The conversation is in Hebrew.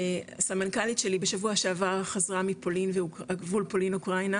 הסמנכ"לית שלי בשבוע שעבר חזרה מגבול פולין אוקראינה,